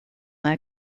their